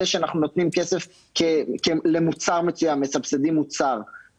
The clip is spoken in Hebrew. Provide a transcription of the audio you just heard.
שאנחנו נותנים כסף למוצר מסוים או מסבסדים מוצר.